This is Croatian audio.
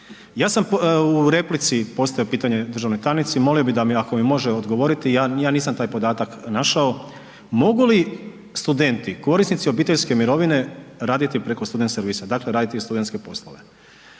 Ja sam u replici postavio pitanje državnoj tajnici, molio bih da mi ako mi može odgovoriti, ja nisam taj podatak našao, mogu li studenti korisnici obiteljske mirovine raditi preko student servisa dakle raditi studentske poslove?